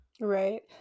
right